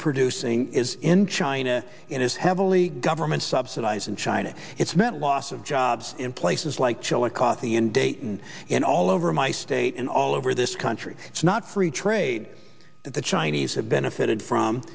producing is in china it is heavily government subsidized in china it's meant loss of jobs in places like chillicothe e in dayton and all over my state and all over this country it's not free trade that the chinese have benefited from